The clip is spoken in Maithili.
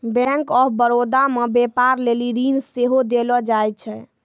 बैंक आफ बड़ौदा मे व्यपार लेली ऋण सेहो देलो जाय छै